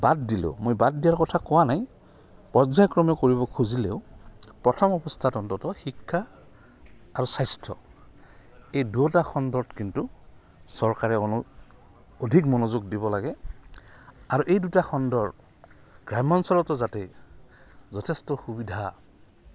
বাদ দিলেও মই বাদ দিয়াৰ কথা কোৱা নাই পৰ্যায়ক্ৰমে কৰিব খুজিলেও প্ৰথম অৱস্থাত অন্তত শিক্ষা আৰু স্বাস্থ্য এই দুটা খণ্ডত কিন্তু চৰকাৰে অধিক মনোযোগ দিব লাগে আৰু এই দুটা খণ্ডৰ গ্ৰাম্যাঞ্চলতো যাতে যথেষ্ট সুবিধা